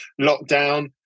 lockdown